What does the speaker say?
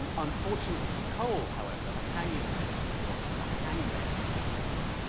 um unfortunately for cole, however, the hanging committee, or the hang men as he called them,